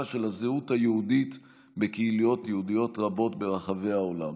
של הזהות היהודית בקהילות יהודיות רבות ברחבי העולם.